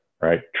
right